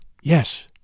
Yes